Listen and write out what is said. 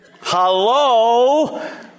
Hello